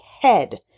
head